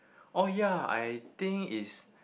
oh ya I think is